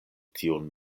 tiun